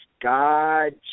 God